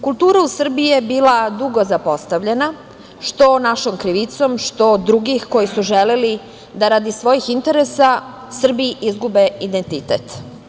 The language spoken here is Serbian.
Kultura u Srbiji je bila dugo zapostavljena, što našom krivicom, što od drugih koji su želeli da radi svojih interesa Srbiji izgube identitet.